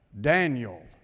Daniel